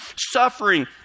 suffering